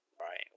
right